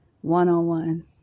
One-on-one